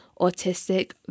autistic